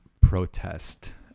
protest